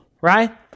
right